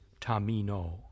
Tamino